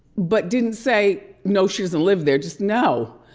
but didn't say, no, she doesn't live there, just no.